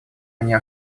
они